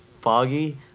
Foggy